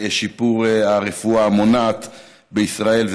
בשיפור הרפואה המונעת בישראל,